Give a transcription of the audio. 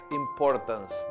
importance